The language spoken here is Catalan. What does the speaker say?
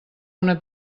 una